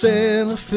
Santa